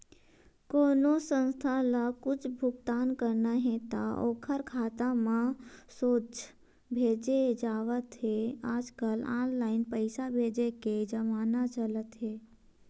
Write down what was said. कोनो संस्था ल कुछ भुगतान करना हे त ओखर खाता म सोझ भेजे जावत हे आजकल ऑनलाईन पइसा भेजे के जमाना चलत हे